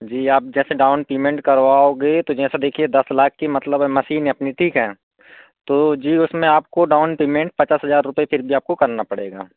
जी आप जैसे down payment करवाओगे तो जैंसे देखिए दस लाख की मतलब हे मशीन अपनी ठीक है तो जी उसमें आपको डाउन पेमेन्ट पचास हजार रुपये फिर भी आपको करना पड़ेगा